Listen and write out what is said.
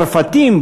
צרפתים,